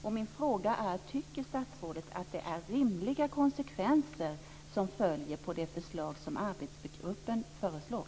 Och min fråga är: Tycker statsrådet att det är rimliga konsekvenser som följer på det förslag som arbetsgruppen föreslår?